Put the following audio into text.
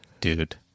dude